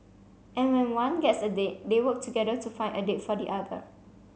and when one gets a date they work together to find a date for the other